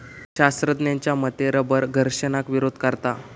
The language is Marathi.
शास्त्रज्ञांच्या मते रबर घर्षणाक विरोध करता